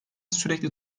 sürekli